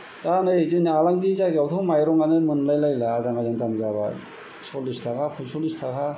दा नै जोंनि आलांगि जायगायावथ' माइरंआनो मोलायलायला आजां गाजां दाम जाबाय सल्लिस थाखा पइसल्लिस थाखा